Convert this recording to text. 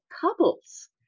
couples